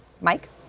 Mike